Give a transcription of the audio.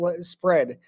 spread